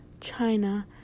China